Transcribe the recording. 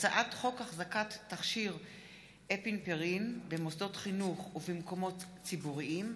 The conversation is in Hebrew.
הצעת חוק החזקת תכשיר אפינפרין במוסדות חינוך ובמקומות ציבוריים,